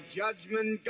judgment